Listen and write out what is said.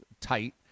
tight